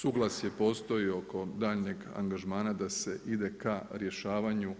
Suglasje postoji oko daljnjeg angažmana da se ide ka rješavanju